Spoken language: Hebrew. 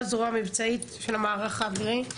ראש הזרוע המבצעית של המערך האווירי.